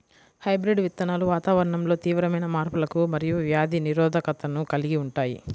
hybrid విత్తనాలు వాతావరణంలో తీవ్రమైన మార్పులకు మరియు వ్యాధి నిరోధకతను కలిగి ఉంటాయి